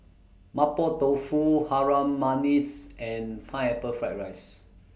Mapo Tofu Harum Manis and Pineapple Fried Rice